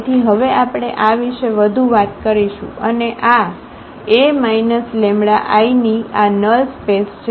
તેથી હવે આપણે આ વિશે વધુ વાત કરીશું અને આ A λI ની આ નલ સ્પેસ છે